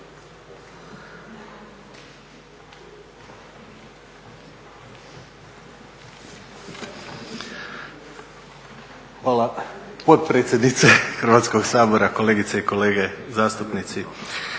Hvala potpredsjednice Hrvatskog sabora. Kolegice i kolege zastupnici.